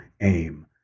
aim